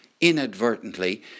inadvertently